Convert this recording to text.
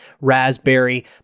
raspberry